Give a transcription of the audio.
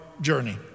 journey